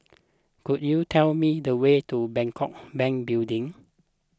could you tell me the way to Bangkok Bank Building